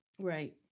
Right